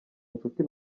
nshuti